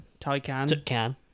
Taycan